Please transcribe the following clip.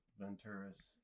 Venturis